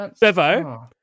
Bevo